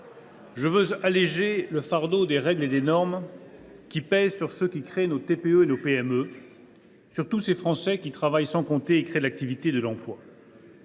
Je veux alléger le fardeau des règles et des normes qui pèsent sur ceux qui créent nos TPE et PME, sur tous ces Français qui travaillent sans compter, qui créent de l’activité et de l’emploi.